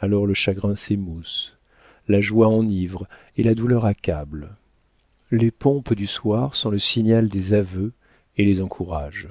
alors le chagrin s'émousse la joie enivre et la douleur accable les pompes du soir sont le signal des aveux et les encouragent